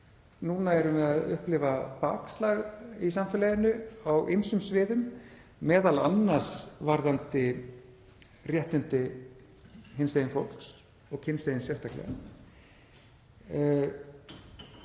Núna erum við að upplifa bakslag í samfélaginu á ýmsum sviðum, m.a. varðandi réttindi hinsegin fólks, og kynsegin sérstaklega.